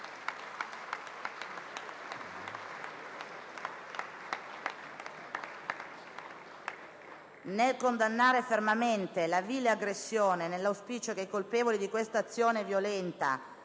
Nel condannare fermamente la vile aggressione e nell'auspicio che i colpevoli di questa azione violenta